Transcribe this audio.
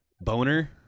Boner